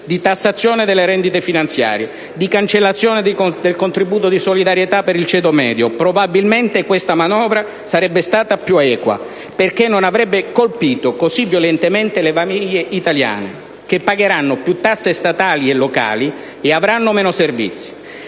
di tassazione delle rendite finanziarie, di cancellazione del contributo di solidarietà per il ceto medio, probabilmente questa manovra sarebbe stata più equa, perché non avrebbe colpito così violentemente le famiglie italiane, che pagheranno più tasse statali e locali e avranno meno servizi